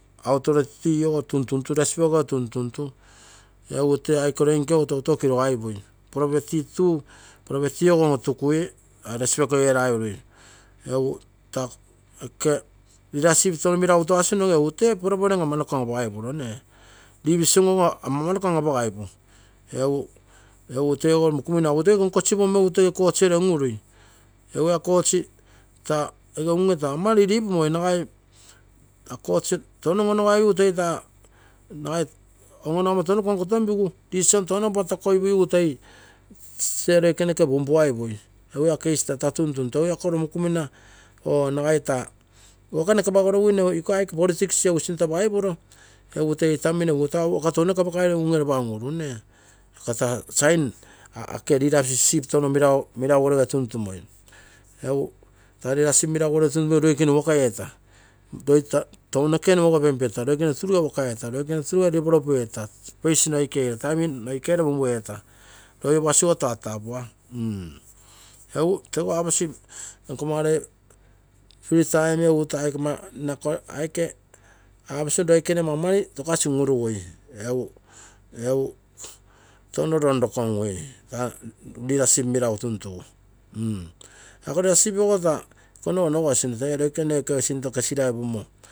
Authority ogo, tuntuntu, respect og tuntuntu tee aike roi nkego toutou kirogaipui. property ogo on-otukui respect eraigurui egu oke, taa leadership tono meragu tuasinoge tee problem amanoko an apagai pugui, division ogo amamanoko an apagaipu egu tego mokumina egu to konkosipaigurumo egou toi court ere un-urui, egu la court taa ege unge taa ama lilipumoi, nagai. la court tono an apa kaigu toi loikene noke punpuapum. egu la case tata tuntuntu egu la koro mokumina nagai taa waka noke apagorogume egu, egu iko aike politics egu sinto apagaipuro. egu tee itamino egu taa waka tounoke apakai unge ropa un-uru, ako sign leadership tono meragugirai loikene waka eta, loi tounoke riomoga penpeta loikene turugeifu waka eeta. Roi opuasi ogo tatapua, egu teguo apogi nkagere free time, loikene maumani un-urugui, egu touno ronrokongui leadership meragu tuntugu ako leadership ogo taa temmo onogosine.